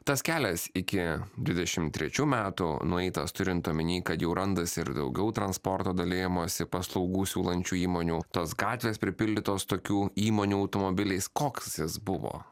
tas kelias iki dvidešim trečių metų nueitas turint omeny kad jau randasi ir daugiau transporto dalijimosi paslaugų siūlančių įmonių tos gatvės pripildytos tokių įmonių automobiliais koks jis buvo